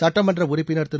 சட்டமன்ற உறுப்பினர் திரு